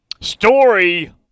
Story